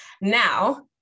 Now